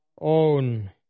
own